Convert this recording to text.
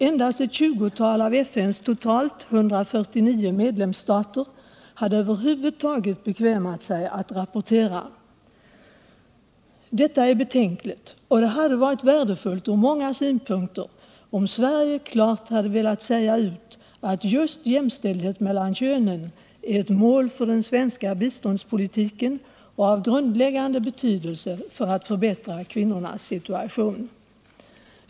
Endast ett tjugotal av FN:s totalt 149 medlemsstater hade över huvud taget bekvämat sig att rapportera. Detta är betänkligt, och det hade varit värdefullt ur många synpunkter om Sverige klart hade velat säga ut att just jämställdhet mellan könen är ett mål för den svenska biståndspolitiken och av grundläggande betydelse för att förbättra kvinnornas situation.